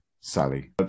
Sally